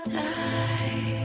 die